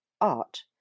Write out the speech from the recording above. art